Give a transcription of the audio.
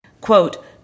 Quote